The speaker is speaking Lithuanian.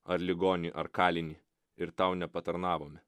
ar ligonį ar kalinį ir tau nepatarnavome